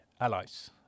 allies